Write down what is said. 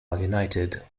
united